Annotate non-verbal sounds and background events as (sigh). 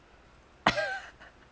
(laughs)